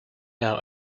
now